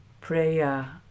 prayer